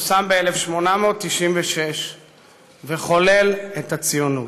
פורסם ב-1986 וחולל את הציונות.